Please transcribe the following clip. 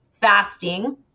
fasting